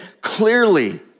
clearly